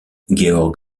georg